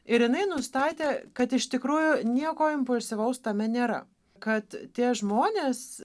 ir jinai nustatė kad iš tikrųjų nieko impulsyvaus tame nėra kad tie žmonės